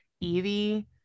Evie